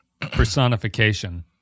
personification